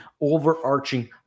overarching